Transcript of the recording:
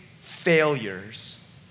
failures